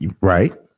Right